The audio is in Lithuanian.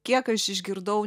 kiek aš išgirdau